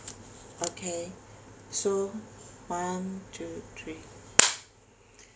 okay so one two three